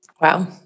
Wow